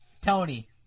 Tony